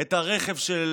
את הרכב,